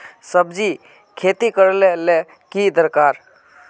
सब्जी खेती करले ले की दरकार?